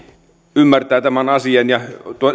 ymmärtää tämän asian